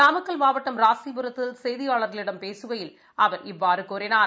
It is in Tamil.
நாமக்கல் மாவட்டம் ராசிபுரத்தில் செய்தியாளர்களிடம் பேசுகையில் அவர் இவ்வாறு கூறினார்